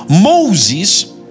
Moses